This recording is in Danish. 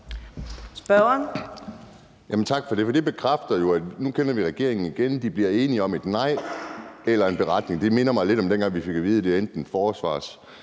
(DD): Tak for det, for det bekræfter jo, at nu kender vi regeringen igen. De bliver enige om et nej eller en beretning. Det minder mig lidt om dengang, vi fik at vide, at det var enten forsvarsforlig